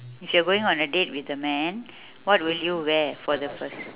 if you're going on a date with a man what will you wear for the first